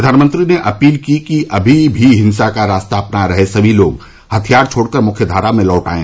प्रधानमंत्री ने अपील की कि अभी भी हिंसा का रास्ता अपना रहे सभी लोग हथियार छोड़कर मुख्यघारा में लौट आएं